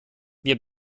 wir